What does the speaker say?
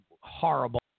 horrible